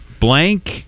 Blank